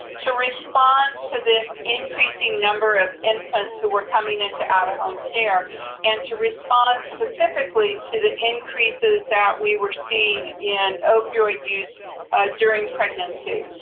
to respond to this increasing number of infants who were coming into out-of-home care and to respond specifically to the increases that we were seeing in opioid use during pregnancy.